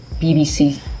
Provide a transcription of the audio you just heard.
BBC